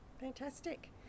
fantastic